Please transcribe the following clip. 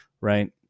right